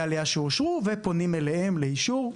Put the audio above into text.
עלייה שאושרו ופונים אליהם לאישור.